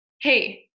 hey